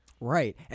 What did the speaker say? Right